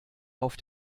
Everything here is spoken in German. auf